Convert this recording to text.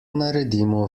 naredimo